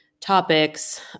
topics